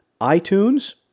iTunes